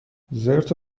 زرت